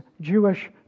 Jewish